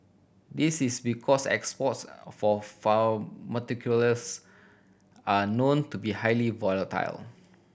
this is because exports for pharmaceuticals are known to be highly volatile